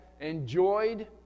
enjoyed